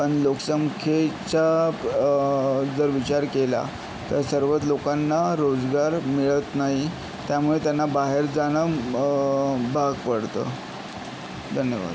पण लोकसंख्येच्या जर विचार केला तर सर्वच लोकांना रोजगार मिळत नाही त्यामुळे त्यांना बाहेर जाणं भाग पडतं धन्यवाद